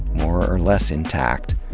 more or less intact,